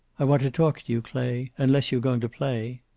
i want to talk to you, clay. unless you're going to play.